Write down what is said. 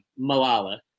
Malala